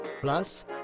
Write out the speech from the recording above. Plus